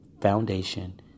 foundation